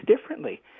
differently